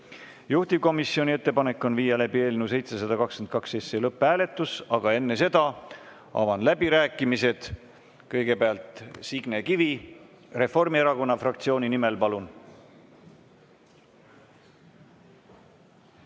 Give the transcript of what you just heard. Juhtivkomisjoni ettepanek on viia läbi eelnõu 722 lõpphääletus, aga enne seda avan läbirääkimised. Kõigepealt Signe Kivi Reformierakonna fraktsiooni nimel, palun!